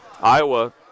Iowa